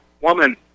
woman